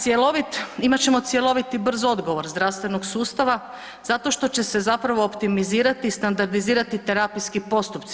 Cjelovit, imat ćemo cjelovit i brz odgovor zdravstvenog sustava zato što će se zapravo optimizirati, standardizirati terapijski postupci.